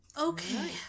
Okay